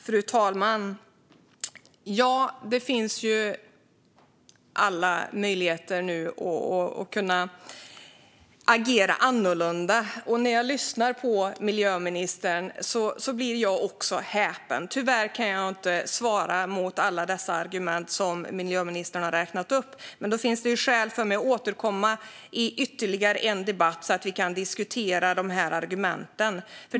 Fru talman! Det finns nu alla möjligheter att agera annorlunda. När jag lyssnar på miljöministern blir jag också häpen. Tyvärr kan jag inte svara på alla de argument som miljöministern räknade upp, men då finns det skäl för mig att återkomma i ytterligare en debatt, så att vi kan diskutera dessa argument.